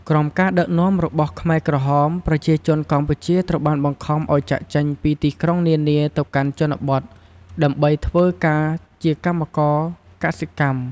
ក្រោមការដឹកនាំរបស់ខ្មែរក្រហម ប្រជាជនកម្ពុជាត្រូវបានបង្ខំឲ្យចាកចេញពីទីក្រុងនានាទៅកាន់ជនបទ ដើម្បីធ្វើការជាកម្មករកសិកម្ម។